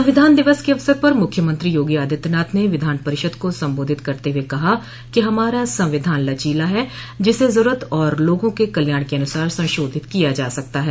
संविधान दिवस के अवसर पर मुख्यमंत्री योगी आदित्यनाथ ने विधान परिषद को संबोधित करते हुए कहा कि हमारा संविधान लचीला है जिसे जरूरत और लोगों के कल्याण के अनुसार संशोधित किया जा सकता है